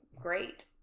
great